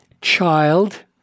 Child